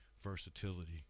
versatility